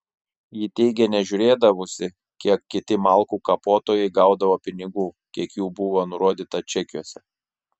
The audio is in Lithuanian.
ji teigė nežiūrėdavusi kiek kiti malkų kapotojai gaudavo pinigų kiek jų buvo nurodyta čekiuose